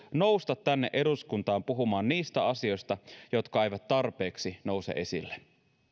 nousta tänne eduskuntaan puhumaan niistä asioista jotka eivät tarpeeksi nouse esille